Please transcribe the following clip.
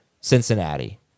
Cincinnati